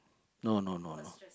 no no no no